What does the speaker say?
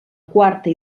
quarta